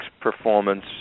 performance